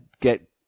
get